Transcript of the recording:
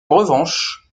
revanche